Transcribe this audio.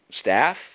staff